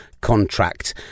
Contract